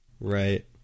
Right